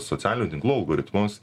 socialinių tinklų algoritmus